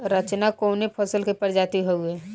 रचना कवने फसल के प्रजाति हयुए?